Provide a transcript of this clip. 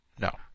No